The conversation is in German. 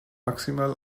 maximal